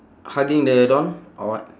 hugging the doll or what